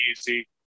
easy